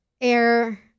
Air